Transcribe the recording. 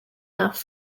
nach